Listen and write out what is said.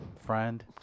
friend